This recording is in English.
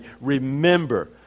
remember